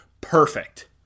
perfect